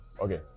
Okay